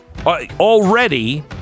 already